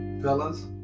fellas